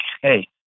hey